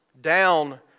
down